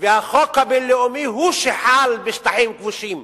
והחוק הבין-לאומי הוא שחל בשטחים כבושים,